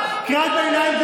חברים יקרים,